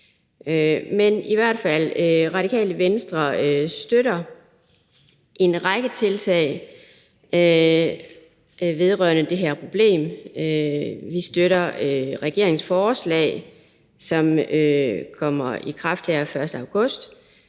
Men i hvert fald støtter Radikale Venstre en række tiltag vedrørende det her problem. Vi støtter regeringens lovforslag, som træder i kraft den 1. august,